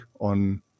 on